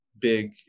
big